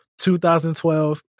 2012